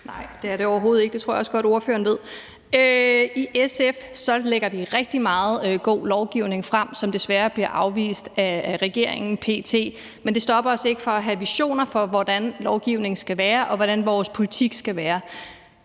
Nej, det er det overhovedet ikke. Det tror jeg også godt ordføreren ved. I SF foreslår vi rigtig meget god lovgivning, som desværre bliver afvist af regeringen p.t., men det stopper os ikke i at have visioner for, hvordan lovgivningen skal være, og hvordan vores politik skal være.